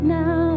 now